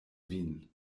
vin